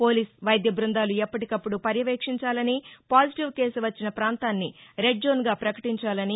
police వైద్య బృందాలు ఎప్పటికప్పుడు పర్యవేక్షించాలని పాజిటివ్ కేసు వచ్చిన ప్రాంతాన్ని రెడ్జోన్గా ప్రకటించాలని